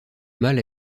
mâle